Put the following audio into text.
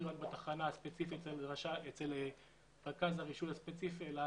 רק בתחנה הספציפית אצל רכז הרישוי הספציפי אלא